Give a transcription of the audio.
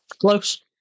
Close